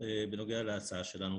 בנוגע להצעה שלנו.